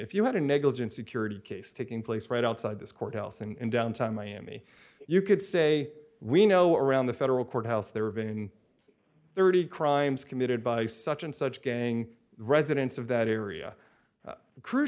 if you had a negligent security case taking place right outside this courthouse and downtown miami you could say we know around the federal courthouse there have been thirty crimes committed by such and such gang residents of that area cruise